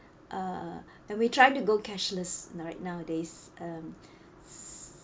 uh then we try to go cashless now right nowadays um